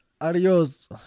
Adios